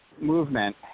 movement